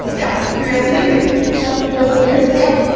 yep, curiosity. anything? so perseverance, yep.